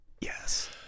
Yes